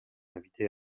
invités